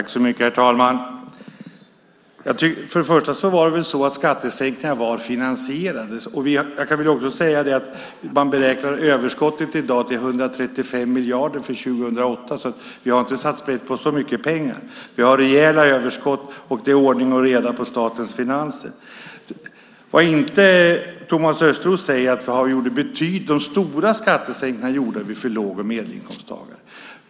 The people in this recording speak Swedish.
Herr talman! För det första var det väl så att skattesänkningarna var finansierade. Jag kan också säga att man i dag beräknar överskottet till 135 miljarder för 2008. Vi har alltså inte satt sprätt på så mycket pengar. Vi har rejäla överskott, och det är ordning och reda i statens finanser. För det andra, och det nämner inte Thomas Östros, gjorde vi de stora skattesänkningarna för låg och medelinkomsttagarna.